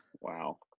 Wow